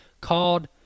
called